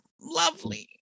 lovely